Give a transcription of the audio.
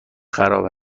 خراب